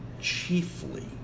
Chiefly